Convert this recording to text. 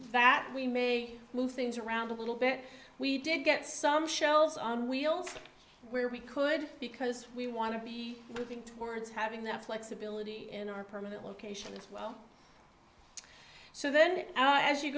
that we may move things around a little bit we did get some shells on wheels where we could because we want to be looking towards having that flexibility in our permanent location as well so then as you